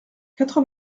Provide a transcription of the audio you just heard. quatre